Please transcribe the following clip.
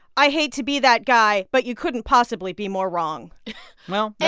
i hate to be that guy, but you couldn't possibly be more wrong well, yeah